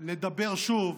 לדבר שוב